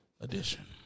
edition